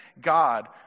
God